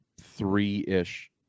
three-ish